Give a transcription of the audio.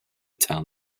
town